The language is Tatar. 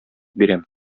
бирәм